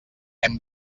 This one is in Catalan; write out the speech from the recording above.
hem